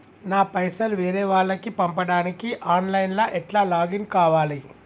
నా పైసల్ వేరే వాళ్లకి పంపడానికి ఆన్ లైన్ లా ఎట్ల లాగిన్ కావాలి?